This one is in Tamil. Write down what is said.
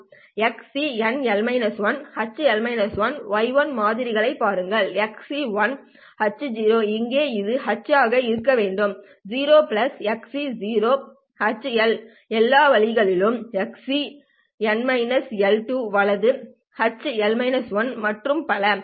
xc n h y மாதிரியைப் பாருங்கள் xc h இங்கே இது h ஆக இருக்க வேண்டும் xc h எல் எல்லா வழிகளிலும் xc n வலது h மற்றும் பல